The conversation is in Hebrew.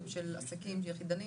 של עסקים יחידניים?